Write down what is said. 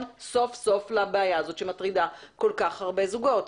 סוף סוף לבעיה הזאת שמטרידה כל כך הרבה זוגות.